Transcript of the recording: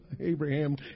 Abraham